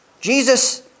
Jesus